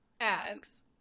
Asks